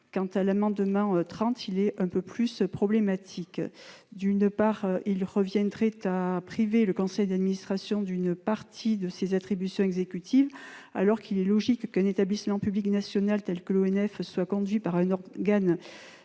utile. L'amendement n° 30 rectifié est plus problématique. D'une part, son adoption reviendrait à priver le conseil d'administration d'une partie de ses attributions exécutives, alors qu'il est logique qu'un établissement public national tel que l'ONF soit conduit par un organe